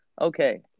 okay